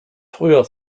früher